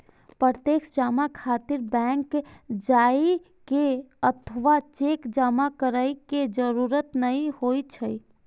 प्रत्यक्ष जमा खातिर बैंक जाइ के अथवा चेक जमा करै के जरूरत नै होइ छै